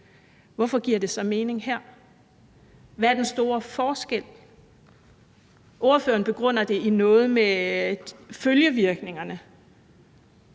Hvorfor giver det så mening her? Hvad er den store forskel? Ordføreren begrunder det i noget med følgevirkningerne.